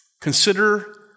Consider